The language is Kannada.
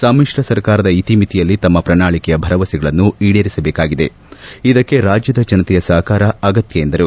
ಸಮಿತ್ರ ಸರ್ಕಾರದ ಇತಿಮಿತಿಯಲ್ಲಿ ತಮ್ಮ ಪ್ರಣಾಳಿಕೆಯ ಭರವಸೆಗಳನ್ನು ಈಡೇರಿಸಬೇಕಾಗಿದೆ ಇದಕ್ಕೆ ರಾಜ್ಯದ ಜನತೆಯ ಸಹಕಾರ ಅಗತ್ಯ ಎಂದರು